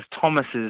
Thomas's